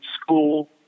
school